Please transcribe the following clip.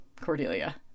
Cordelia